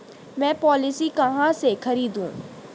मैं पॉलिसी कहाँ से खरीदूं?